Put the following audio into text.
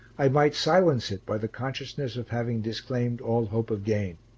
i might silence it by the consciousness of having disclaimed all hope of gain.